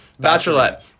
Bachelorette